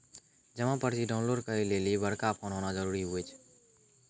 जमा पर्ची डाउनलोड करे लेली बड़का फोन होना जरूरी हुवै छै